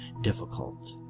difficult